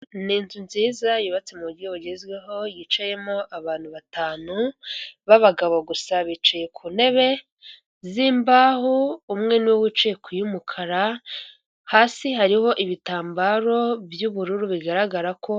Ni inzu nziza yubatse mu buryo bugezweho yicayemo abantu batanu b'abagabo gusa, bicaye ku ntebe zi'imbaho umwe niwe wicaye kuy'umukara, hasi hariho ibitambaro by'ubururu bigaragara ko,